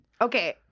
Okay